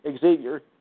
Xavier